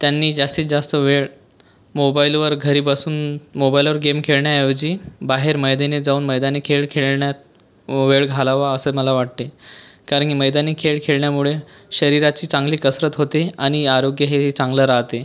त्यांनी जास्तीत जास्त वेळ मोबाईलवर घरी बसून मोबाईलवर गेम खेळण्याऐवजी बाहेर मैदानात जाऊन मैदानी खेळ खेळण्यात वेळ घालावा असं मला वाटते कारण की मैदानी खेळ खेळल्यामुळे शरीराची चांगली कसरत होते आणि आरोग्य हे चांगलं राहते